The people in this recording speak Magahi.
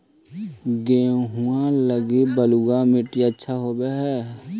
गेहुआ लगी बलुआ मिट्टियां अच्छा होव हैं?